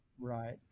Right